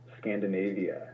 Scandinavia